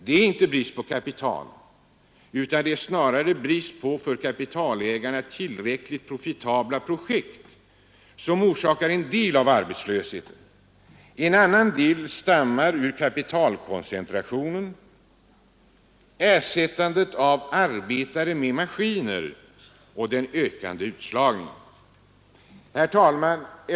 Det är inte brist på kapital utan snarare brist på för kapitalägarna tillräckligt profitabla projekt som orsakar en del av arbetslösheten. En annan del stammar ur kapitalkoncentrationen, ersättandet av arbetare med maskiner samt den ökade utslagningen. Herr talman!